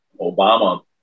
Obama